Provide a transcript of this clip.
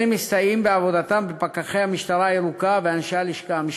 אלה מסתייעים בעבודתם בפקחי המשטרה הירוקה ובאנשי הלשכה המשפטית.